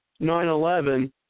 9-11